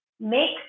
Make